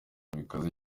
bikaze